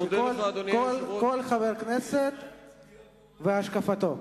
וכל חבר כנסת והשקפתו.